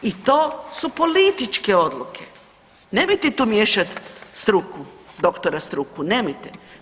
I to su političke odluke, nemojte tu miješati struku doktora struku, nemojte.